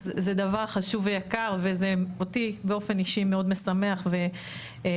אז זה דבר חשוב ויקר וזה אותי באופן אישי מאוד משמח ומרגש,